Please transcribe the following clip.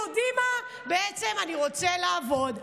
יודעים מה, אני בעצם רוצה לעבוד.